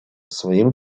своим